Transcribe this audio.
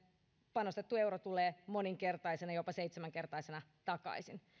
panostettu euro tulee moninkertaisena jopa seitsemänkertaisena takaisin